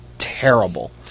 terrible